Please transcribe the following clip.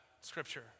scripture